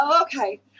okay